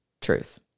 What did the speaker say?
truth